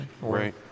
Right